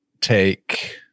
take